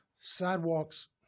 Sidewalks